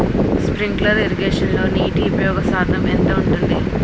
Sprinkler ఇరగేషన్లో నీటి ఉపయోగ శాతం ఎంత ఉంటుంది?